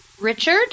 Richard